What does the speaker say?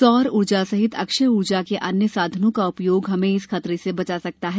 सौर ऊर्जा सहित अक्षय ऊर्जा के अन्य साधनों का उपयोग हमें इस खतरे से बचा सकता है